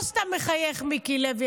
לא סתם מחייך מיקי לוי,